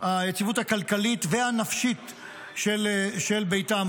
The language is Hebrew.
הכלכלית והנפשית של ביתם.